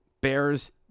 Bears